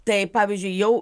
tai pavyzdžiui jau